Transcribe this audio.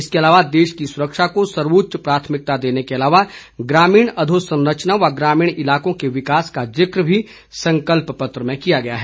इसके अलावा देश की सुरक्षा को सर्वोच्च प्राथमिकता देने के अलावा ग्रामीण अधोसंरचना व ग्रामीण इलाकों के विकास का ज़िक भी संकल्प पत्र में किया गया है